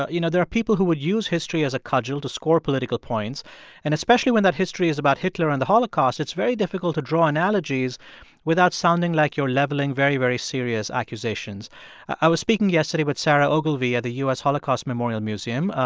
ah you know, there are people who would use history as a cudgel to score political points and especially when that history is about hitler and the holocaust, it's very difficult to draw analogies without sounding like you're leveling very, very serious accusations i was speaking yesterday with sarah ogilvie of the u s. holocaust memorial museum.